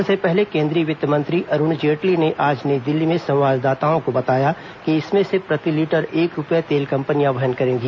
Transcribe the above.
इससे पहले केंद्रीय वित्त मंत्री अरुण जेटली ने आज नई दिल्ली में संवाददाताओं को बताया कि इसमें से प्रति लीटर एक रुपये तेल कंपनियां वहन करेंगी